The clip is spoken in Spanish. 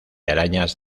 arañas